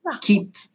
keep